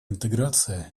интеграция